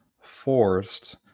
forced